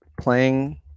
playing